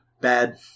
bad